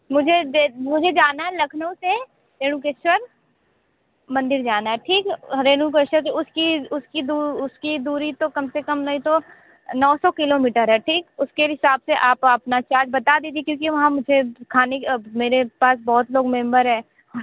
मुझे डेट मुझे जाना है लखनऊ से रेणुकेश्वर मंदिर जाना है ठीक रेणुकेश्वर के उसकी उस उसकी दुरी तो कम से कम नहीं तो नौ सौ किलोमीटर है ठीक उसके हिसाब से आप अपना चार्ज बता दीजिये क्योंकि वहाँ मुझे खाने की मेरे पास बहुत लोग मेंबर है